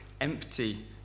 empty